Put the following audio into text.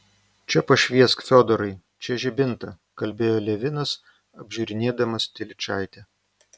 čia pašviesk fiodorai čia žibintą kalbėjo levinas apžiūrinėdamas telyčaitę